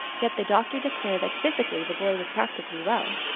yet the doctor declared that physically the boy was practically well.